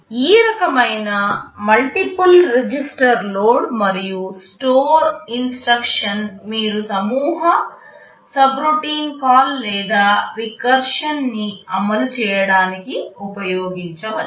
ఈ రకమైన multiple register load మరియు స్టోర్ ఇన్స్ట్రక్షన్ మీరు సమూహ సబ్ట్రౌటిన్ కాల్ లేదా రీకర్షన్ని అమలు చేయడానికి ఉపయోగించవచ్చు